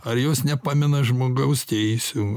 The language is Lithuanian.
ar jos nepamina žmogaus teisių